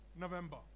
November